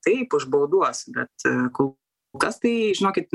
taip užbauduos bet kol kas tai žinokit